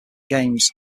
games